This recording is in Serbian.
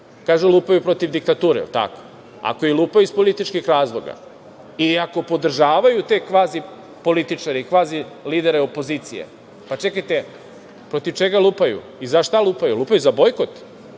Kažu, lupaju protiv diktature. Ako i lupaju iz političkih razloga i ako podržavaju te kvazi političare i kvazi lidere opozicije, pa čekajte protiv čega lupaju i za šta lupaju. Lupaju za bojkot?